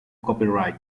copyright